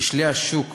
כשלי השוק